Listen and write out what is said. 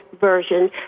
version